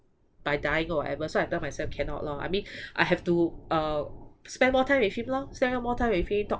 by dying or whatever so I tell myself cannot lor I mean I have to uh spend more time with him lor spend spend more time with him talk